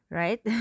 right